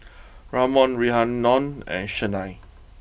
Ramon Rhiannon and Chynna